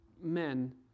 men